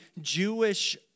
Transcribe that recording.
Jewish